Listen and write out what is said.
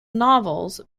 novels